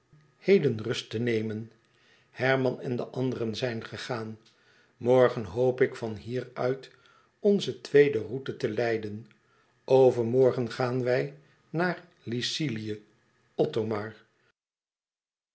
heden rust te nemen herman en de anderen zijn gegaan morgen hoop ik van hier uit onze tweede route te leiden overmorgen gaan wij naar lycilië